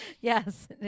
yes